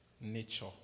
nature